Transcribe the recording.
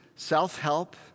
Self-help